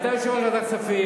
אתה יושב-ראש ועדת הכספים.